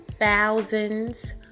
thousands